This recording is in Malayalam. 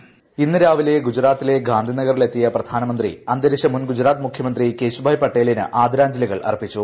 വോയിസ് ഇന്ന് രാവിലെ ഗുജറാത്തിലെ ഗാന്ധിനഗറിൽ എത്തിയ പ്രധാനമന്ത്രി അന്തരിച്ച മുൻ ഗുജറാത്ത് മുഖ്യമന്ത്രി കേശുഭായ് പട്ടേലിന് ആദരാഞ്ജലികൾ അർപ്പിച്ചു